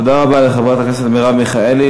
תודה רבה לחברת הכנסת מרב מיכאלי.